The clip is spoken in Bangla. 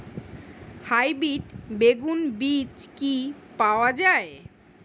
হাইব্রিড বেগুন বীজ কি পাওয়া য়ায়?